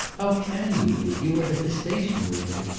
how can you be? you were at the station with me.